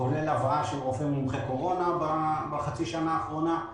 כולל הבאה של רופא מומחה קורונה בחצי השנה האחרונה.